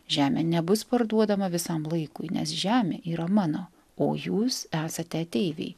žemė nebus parduodama visam laikui nes žemė yra mano o jūs esate ateiviai